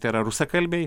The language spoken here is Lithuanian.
tai yra rusakalbiai